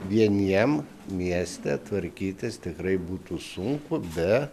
vieniems mieste tvarkytis tikrai būtų sunku be